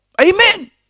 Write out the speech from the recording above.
Amen